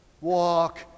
Walk